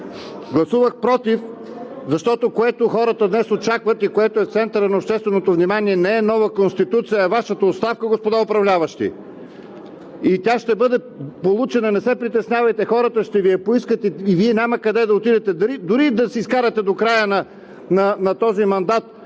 Гласувах „против“, защото това, което хората днес очакват и е в центъра на общественото внимание, не е нова Конституция, а Вашата оставка, господа управляващи! И тя ще бъде получена. Не се притеснявайте, хората ще Ви я поискат и Вие няма къде да си отидете – дори и да си изкарате до края този мандат,